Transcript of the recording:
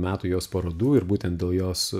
metų jos parodų ir būtent dėl jos